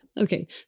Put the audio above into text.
okay